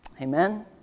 Amen